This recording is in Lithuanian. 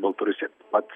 baltarusija pat